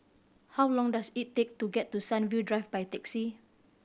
how long does it take to get to Sunview Drive by taxi